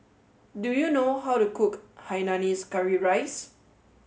do you know how to cook Hainanese Curry Rice